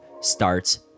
starts